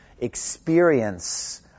experience